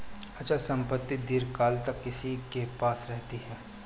अचल संपत्ति दीर्घकाल तक किसी के पास रहती है